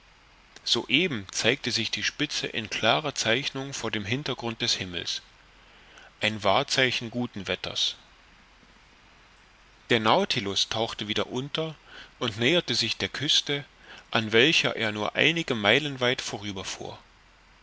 soeben zeigte sich diese spitze in klarer zeichnung vor dem hintergrund des himmels ein wahrzeichen guten wetters der nautilus tauchte wieder unter und näherte sich der küste an welcher er nur einige meilen weit vorüber